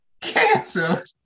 canceled